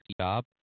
job